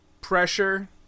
pressure